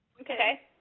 Okay